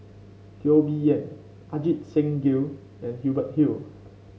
Teo Bee Yen Ajit Singh Gill and Hubert Hill